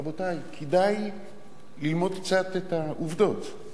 רבותי, כדאי ללמוד קצת את העובדות.